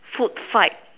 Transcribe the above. food fight